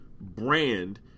brand